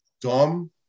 dumb